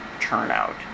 turnout